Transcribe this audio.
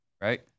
right